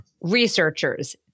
Researchers